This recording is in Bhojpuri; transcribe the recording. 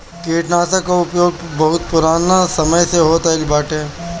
कीटनाशकन कअ उपयोग बहुत पुरान समय से होत आइल बाटे